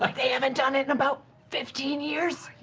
like they haven't done it in about fifteen years.